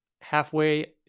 halfway